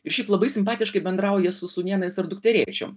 ir šiaip labai simpatiškai bendrauja su sūnėnais ar dukterėčiom